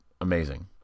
amazing